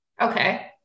Okay